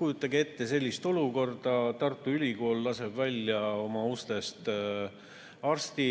Kujutage ette sellist olukorda, et Tartu Ülikool laseb oma ustest välja arsti,